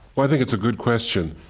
i think it's a good question.